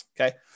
Okay